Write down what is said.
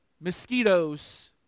Mosquitoes